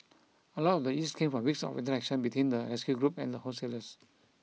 a lot of the ease came from weeks of interaction between the rescue group and the wholesalers